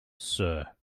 sir